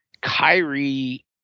Kyrie